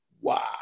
Wow